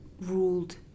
ruled